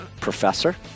professor